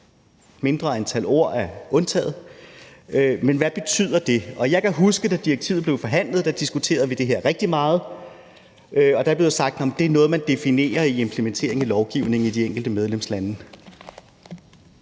mindre antal ord er undtaget, men hvad betyder det? Og jeg kan huske, at da direktivet blev forhandlet, diskuterede vi det her rigtigt meget, og der blev sagt: Det er noget, man definerer i implementeringen af lovgivningen i de enkelte medlemslande.